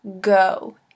go